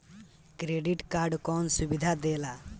Credit card कौन सुबिधा देला?